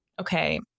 okay